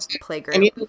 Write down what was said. playground